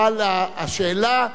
אבל השאלה,